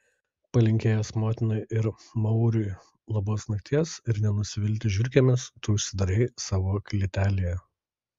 palinkėjęs motinai ir mauriui labos nakties ir nenusivilti žiurkėmis tu užsidarei savo klėtelėje